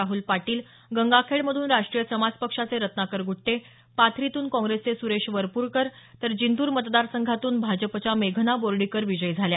राहुल पाटील गंगाखेड मधून राष्ट्रीय समाज पक्षाचे रत्नाकर गुट्टे पाथरीतून काँग्रेसचे सुरेश वरपुडकर तर जिंतूर मतदार संघातून भाजपच्या मेघना बोर्डीकर विजयी झाल्या